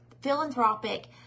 philanthropic